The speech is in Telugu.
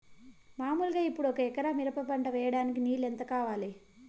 మామూలుగా ఇప్పుడు ఒక ఎకరా మిరప పంట వేయడానికి నీళ్లు ఎంత కావాలి?